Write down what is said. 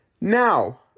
Now